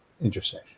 intersection